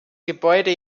gebäude